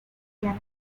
piano